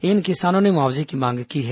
इन किसानों ने मुआवजे की मांग की है